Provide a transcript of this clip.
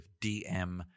DM